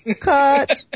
Cut